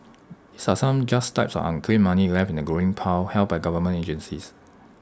some just types of unclaimed money left in A growing pile held by government agencies